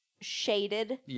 shaded